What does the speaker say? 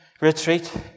retreat